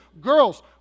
Girls